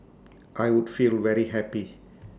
I would feel very happy